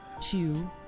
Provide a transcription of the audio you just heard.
two